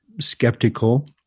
skeptical